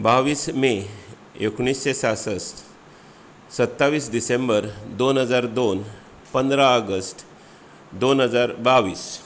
बावीस मे एकुणशें सासश्ट सतावीस डिसेंबर दोन हजार दोन पंदरा ऑगस्ट दोन हजार बावीस